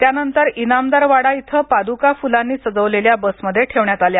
त्यानंतर इनामदारवाडा इथं पाद्का फ्लांनी सजवलेल्या बसमध्ये ठेवण्यात आल्या